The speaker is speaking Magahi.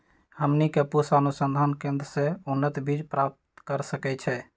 हमनी के पूसा अनुसंधान केंद्र से उन्नत बीज प्राप्त कर सकैछे?